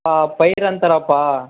ಹಾಂ ಪೈರು ಅಂತರಪ್ಪಾ